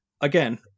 again